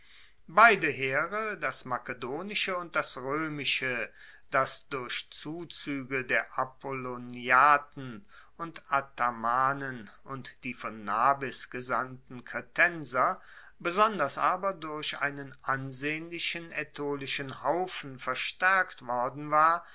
beide heere das makedonische und das roemische das durch zuzuege der apolloniaten und athamanen und die von nabis gesandten kretenser besonders aber durch einen ansehnlichen aetolischen haufen verstaerkt worden war